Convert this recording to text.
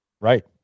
Right